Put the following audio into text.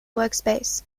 workspace